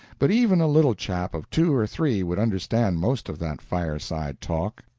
but even a little chap of two or three would understand most of that fireside talk,